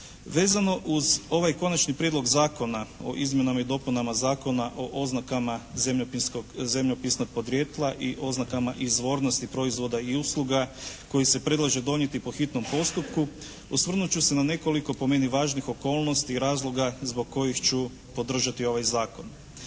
Vezano uz ovaj Konačni prijedlog zakona o izmjenama i dopunama Zakona o oznakama zemljopisnog podrijetla i oznakama izvornosti proizvoda i usluga koji se predlaže donijeti po hitnom postupku osvrnut ću se na nekoliko po meni važnih okolnosti i razloga zbog kojih ću podržati ovaj zakon.